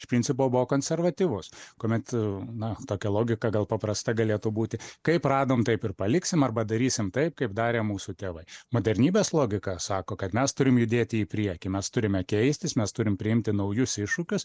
iš principo buvo konservatyvus kuomet na tokia logika gal paprasta galėtų būti kaip radom taip ir paliksim arba darysim taip kaip darė mūsų tėvai modernybės logika sako kad mes turim judėti į priekį mes turime keistis mes turim priimti naujus iššūkius